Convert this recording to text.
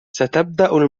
ستبدأ